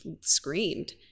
screamed